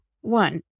one